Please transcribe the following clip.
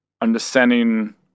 understanding